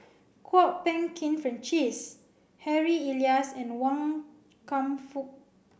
Kwok Peng Kin Francis Harry Elias and Wan Kam Fook